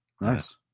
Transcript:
Nice